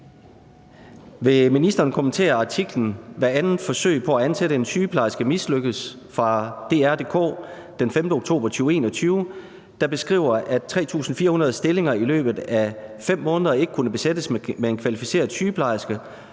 Vil ministeren kommentere artiklen »Hvert andet forsøg på at ansætte en sygeplejerske mislykkes« fra dr.dk den 5. oktober 2021, der beskriver, at 3.450 stillinger i løbet af 5 måneder ikke kunne besættes med en kvalificeret sygeplejerske,